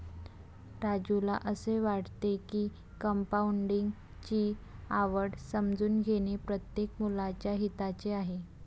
राजूला असे वाटते की कंपाऊंडिंग ची आवड समजून घेणे प्रत्येक मुलाच्या हिताचे आहे